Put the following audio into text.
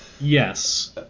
Yes